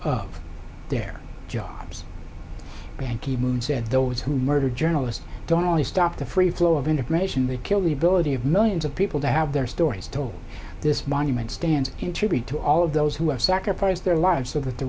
of their jobs banki moon said those who murder journalists don't only stop the free flow of integration they kill the ability of millions of people to have their stories told this monument stands in tribute to all of those who have sacrificed their lives so that the